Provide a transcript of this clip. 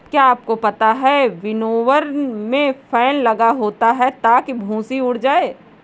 क्या आपको पता है विनोवर में फैन लगा होता है ताकि भूंसी उड़ जाए?